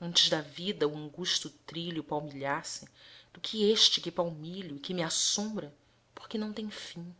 antes da vida o angusto trilho palmilhasse do que este que palmilho e que me assombra porque não tem fim